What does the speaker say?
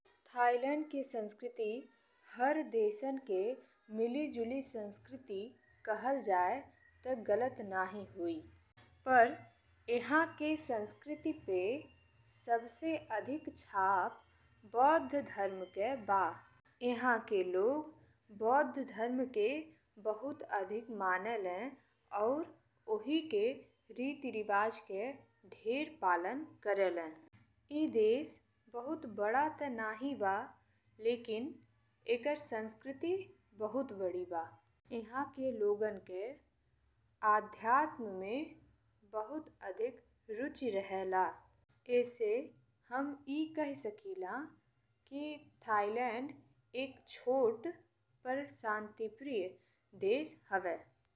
Thailand के संस्कृति हर देशन के मिली जुली संस्कृति कहल जाए ते गलत नाही होई। पर ईह के संस्कृति पे सबसे अधिक छाप बौद्ध धर्म के बा। इहां के लोग बौद्ध धर्म के बहुत अधिक मानेले और ओही के रीति रिवाज के ढेर पालन करेले। ए देश बहुत बड़ा ते नाहीं बा लेकिन एकर संस्कृति बहुत बड़ी बा। इहां के लोगन के अध्यात्म में बहुत अधिक रुचि रहे ला। ई से हम ए कही सकिला कि थाईलैंड एक छोट पर शांतिप्रिय देश हवे।